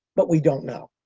but we don't know.